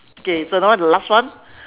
okay so now the last one